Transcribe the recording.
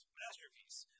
masterpiece